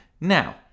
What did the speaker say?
now